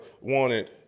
wanted